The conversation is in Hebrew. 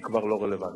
כבר לא רלוונטית.